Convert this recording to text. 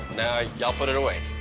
y'all put it away.